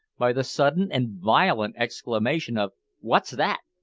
by the sudden and violent exclamation of what's that?